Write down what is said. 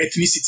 ethnicity